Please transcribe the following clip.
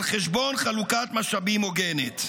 על חשבון חלוקת משאבים הוגנת.